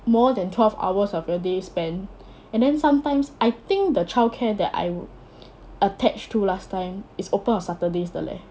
more than twelve hours of your day spent and then sometimes I think the childcare that I'm attached to last time is open on saturdays 的 leh